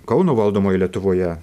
kauno valdomoje lietuvoje